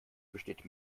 besteht